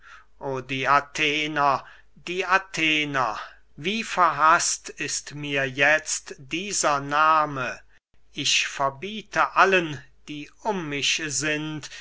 o die athener die athener wie verhaßt ist mir jetzt dieser nahme ich verbiete allen die um mich sind